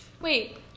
wait